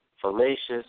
fallacious